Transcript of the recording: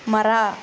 ಮರ